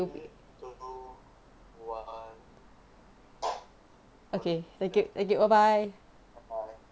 okay thank you thank you bye bye